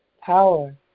power